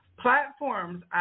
platforms